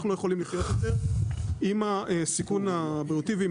אנחנו לא יכולים לחיות יותר עם הסיכון הבריאותי ועם